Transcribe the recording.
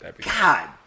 God